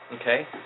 okay